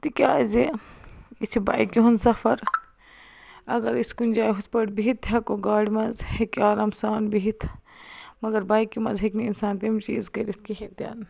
تِکیٛازِ یہِ چھُ بایکہِ ہُنٛد سَفر اگر أسۍ کُنہِ جاے ہُتھ پٲٹھۍ بیٚہتھ ہٮ۪کو گاڑِ منٛز ہٮ۪کہِ آرام سان بیٚہتھ مگر بایکہِ منٛز ہٮ۪کہِ نہٕ اِنسان تِم چیٖز کٔرِتھ کِہیٖںی تہِ نہٕ